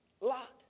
Lot